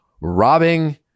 robbing